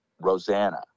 Rosanna